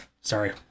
Sorry